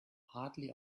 hardly